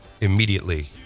immediately